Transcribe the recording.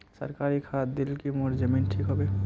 सरकारी खाद दिल की मोर जमीन ठीक होबे?